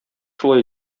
шулай